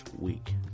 week